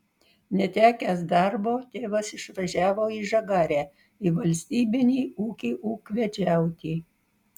netekęs darbo tėvas išvažiavo į žagarę į valstybinį ūkį ūkvedžiauti